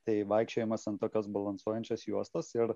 tai vaikščiojimas ant tokios balansuojančios juostos ir